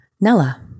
Nella